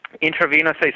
intravenous